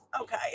Okay